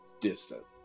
distant